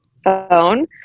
phone